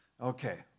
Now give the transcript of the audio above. Okay